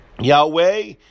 Yahweh